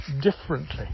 differently